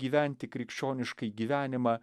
gyventi krikščioniškąjį gyvenimą